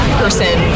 person